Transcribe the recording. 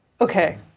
Okay